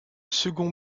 second